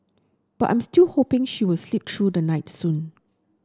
but I'm still hoping she was sleep through the night soon